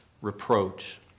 reproach